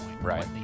Right